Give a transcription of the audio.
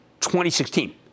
2016